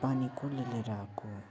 यो पानी कसले लिएर आएको